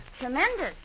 tremendous